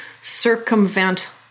circumvent